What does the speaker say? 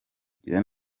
gira